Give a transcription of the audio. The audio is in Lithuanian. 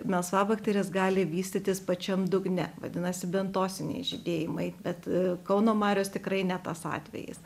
melsvabakterės gali vystytis pačiam dugne vadinasi bentosiniai žydėjimai bet kauno marios tikrai ne tas atvejis